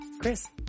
Chris